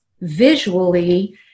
visually